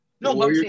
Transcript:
No